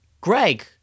Greg